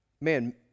Man